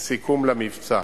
סיכום למבצע.